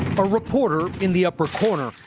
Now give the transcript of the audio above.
a reporter, in the upper corner,